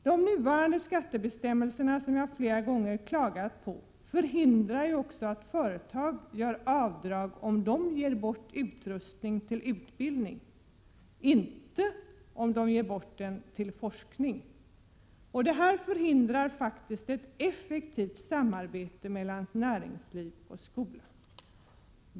De nuvarande skattebestämmelserna, som jag flera gånger klagat på, förhindrar också att företag gör avdrag om de skänker bort utrustning till utbildning, men inte om de ger bort den till forskning. Detta förhindrar ett effektivt samarbete mellan näringsliv och skola.